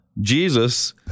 Jesus